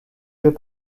jeux